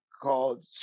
called